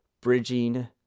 bridging